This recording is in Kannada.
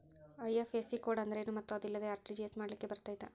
ಐ.ಎಫ್.ಎಸ್.ಸಿ ಕೋಡ್ ಅಂದ್ರೇನು ಮತ್ತು ಅದಿಲ್ಲದೆ ಆರ್.ಟಿ.ಜಿ.ಎಸ್ ಮಾಡ್ಲಿಕ್ಕೆ ಬರ್ತೈತಾ?